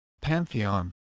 Pantheon